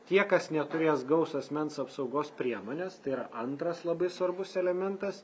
tie kas neturės gaus asmens apsaugos priemones tai yra antras labai svarbus elementas